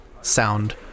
sound